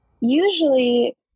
usually